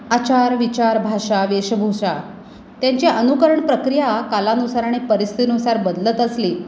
आचार विचार भाषा वेशभूषा त्यांची अनुकरण प्रक्रिया कालानुसार आणि परिस्थितीनुसार बदलत असली